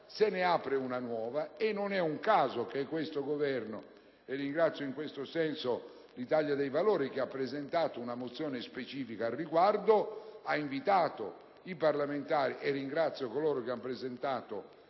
se ne apre una nuova. Non è un caso che questo Governo, e ringrazio in questo senso l'Italia dei Valori che ha presentato una mozione specifica al riguardo, e ringrazio coloro che hanno presentato